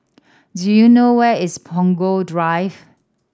do you know where is Punggol Drive